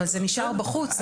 אבל זה נשאר בחוץ,